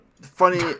funny